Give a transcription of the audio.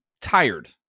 tired